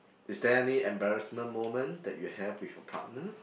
is there any embarrassment moment that you have with your partner